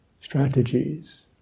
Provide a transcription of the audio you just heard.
strategies